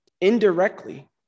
indirectly